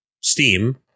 steam